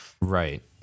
Right